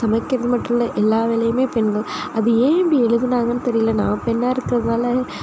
சமைக்கிறது மட்டும் இல்லை எல்லா வேலையுமே பெண்கள் அது ஏன் அப்படி எழுதுனாங்கன்னு தெரியலை நான் பெண்ணாக இருக்கிறதுனால